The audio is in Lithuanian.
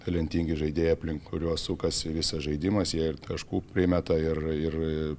talentingi žaidėjai aplink kuriuos sukasi visas žaidimas jie ir taškų primeta ir ir